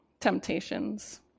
temptations